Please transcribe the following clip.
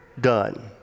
done